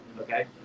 okay